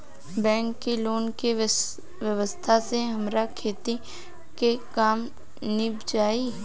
bank के loan के व्यवस्था से हमार खेती के काम नीभ जाई